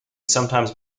sometimes